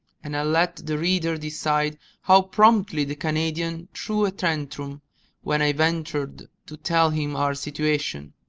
and i'll let the reader decide how promptly the canadian threw a tantrum when i ventured to tell him our situation.